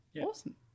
Awesome